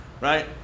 right